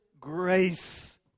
grace